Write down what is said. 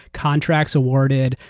contracts awarded,